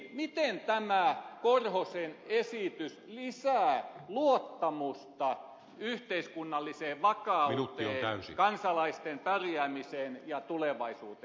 miten tämä korhosen esitys lisää luottamusta yhteiskunnalliseen vakauteen kansalaisten pärjäämiseen ja tulevaisuuteen